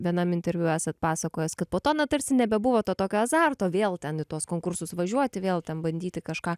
vienam interviu esat pasakojęs kad po to na tarsi nebebuvo to tokio azarto vėl ten į tuos konkursus važiuoti vėl ten bandyti kažką